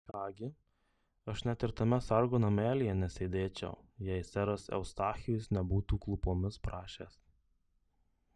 ką gi aš net ir tame sargo namelyje nesėdėčiau jei seras eustachijus nebūtų klūpomis prašęs